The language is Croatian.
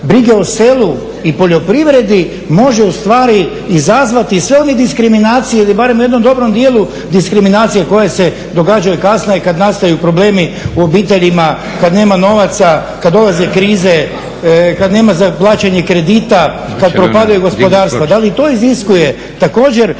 brige o selu i poljoprivredi može u stvari izazvati sve one diskriminacije ili barem u jednom dobrom dijelu diskriminacije koje se događaju kasnije kad nastaju problemi u obiteljima kad nema novaca, kad dolaze krize, kad nema za plaćanje kredita, kad propadaju gospodarstva. Da li i to iziskuje također,